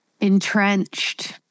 entrenched